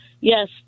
yes